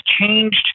changed